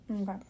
Okay